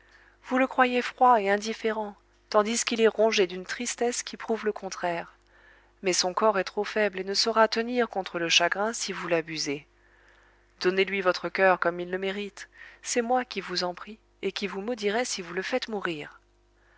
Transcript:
vous le croyez froid et indifférent tandis qu'il est rongé d'une tristesse qui prouve le contraire mais son corps est trop faible et ne saura tenir contre le chagrin si vous l'abusez donnez-lui votre coeur comme il le mérite c'est moi qui vous en prie et qui vous maudirai si vous le faites mourir